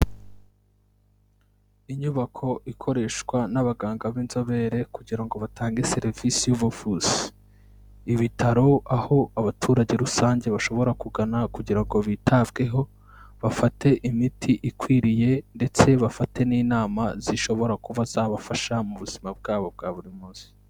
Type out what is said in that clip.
Inyubako ikoreshwa n'abaganga b'inzobere kugira ngo batange serivisi y'ubuvuzi, ibitaro aho abaturage rusange bashobora kugana kugira ngo bitabweho bafate imiti ikwiriye ndetse bafate n'inama zishobora kuba zabafasha mu buzima bwabo bwa buri munsi.